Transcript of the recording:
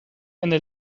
eine